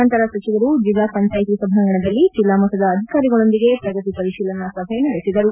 ನಂತರ ಸಚಿವರು ಜಿಲ್ಲಾ ಪಂಚಾಯತಿ ಸಭಾಂಗಣದಲ್ಲಿ ಜಿಲ್ಲಾ ಮಟ್ಟದ ಅಧಿಕಾರಿಗಳೊಂದಿಗೆ ಪ್ರಗತಿ ಪರಿಶೀಲನಾ ಸಭೆ ನಡೆಸಿದರು